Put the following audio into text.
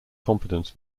confidence